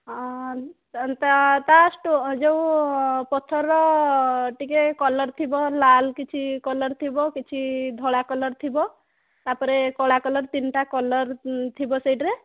ତା ଯେଉଁ ପଥର ଟିକିଏ କଲର୍ ଥିବ ଲାଲ୍ କିଛି କଲର୍ ଥିବ କିଛି ଧଳା କଲର୍ ଥିବ ତା'ପରେ କଳା କଲର୍ ତିନିଟା କଲର୍ ଥିବ ସେଥିରେ